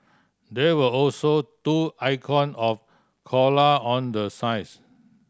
there were also two icon of koala on the signs